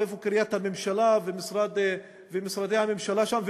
וקריית-הממשלה ומשרדי הממשלה שם,